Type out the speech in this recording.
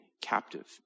captive